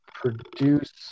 produce